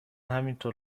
همینطور